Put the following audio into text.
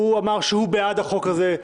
הוא אמר שהוא בעד החוק הזה,